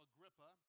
Agrippa